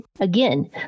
Again